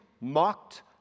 mocked